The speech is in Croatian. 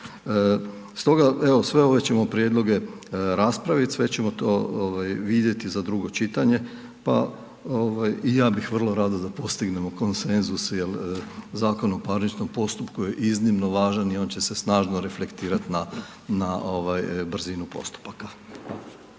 sve ove ćemo prijedloge raspravit, sve ćemo to vidjeti za drugo čitanje pa i ja bih vrlo rado da postignemo konsenzus jer ZPP je iznimno važan i on će se snažno reflektirat na brzinu postupaka.